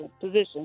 position